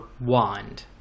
wand